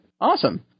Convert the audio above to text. Awesome